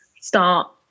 start